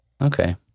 Okay